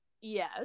Yes